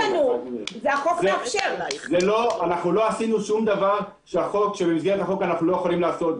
אנחנו לא עשינו שום דבר שאנחנו לא יכולים לעשות במסגרת החוק.